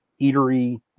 eatery